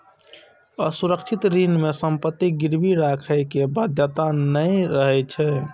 असुरक्षित ऋण मे संपत्ति गिरवी राखै के बाध्यता नै रहै छै